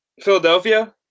Philadelphia